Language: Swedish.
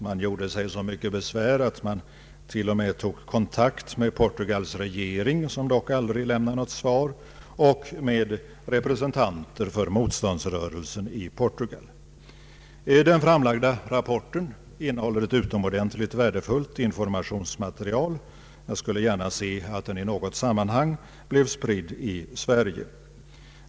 Man gjorde sig så mycket besvär att man till och med tog kontakt med Portugals regering, som dock aldrig lämnade något svar, och med representanter för motståndsrörelsen i Portugal. Den framlagda rapporten innehåller ett utomordentligt värdefullt informationsmaterial. Jag skulle gärna se att den i något sammanhang blev spridd i Sverige.